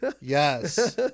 yes